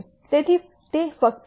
તેથી તે ફક્ત એક ચલ છે